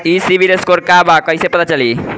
ई CIBIL score का बा कइसे पता चली?